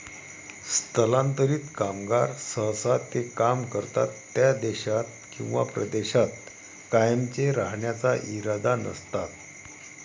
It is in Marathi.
स्थलांतरित कामगार सहसा ते काम करतात त्या देशात किंवा प्रदेशात कायमचे राहण्याचा इरादा नसतात